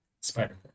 spider